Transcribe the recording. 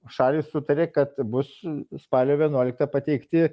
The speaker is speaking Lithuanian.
šalys sutarė kad bus spalio vienuoliktą pateikti